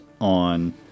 on